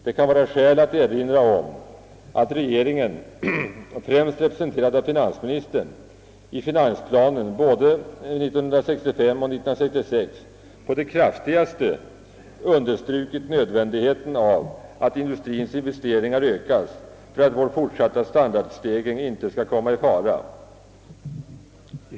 Det kan vara skäl att erinra om att regeringen, främst representerad av finansministern, i finansplanen för både 1965 och 1966 på det kraftigaste understrukit nödvändigheten av att industriens investeringar ökas för att vår fortsatta standardstegring inte skall komma i fara.